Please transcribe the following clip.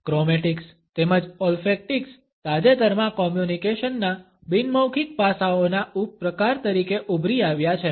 chromatics તેમજ olfactics તાજેતરમાં communication ના બિન મૌખિક પાસાઓના ઉપપ્રકાર તરીકે ઉભરી આવ્યા છે